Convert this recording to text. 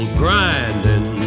grinding